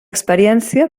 experiència